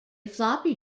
floppy